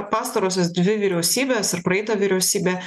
pastarosios dvi vyriausybės ir praeitą vyriausybę